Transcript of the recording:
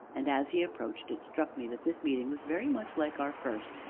and, as he approached, it struck me that this meeting was very much like our first,